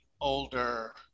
older